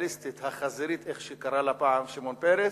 הקפיטליסטית החזירית, כפי שקרא לה פעם שמעון פרס,